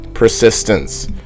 persistence